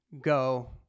go